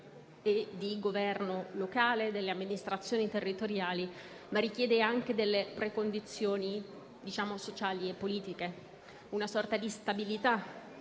e di governo locale, delle amministrazioni territoriali, ma anche delle precondizioni sociali e politiche, una sorta di stabilità